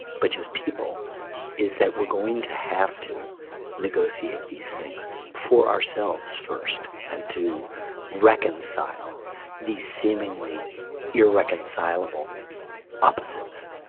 but just people is that we're going to have to negotiate these things for ourselves first and to reconcile these seemingly irreconcilable opposites.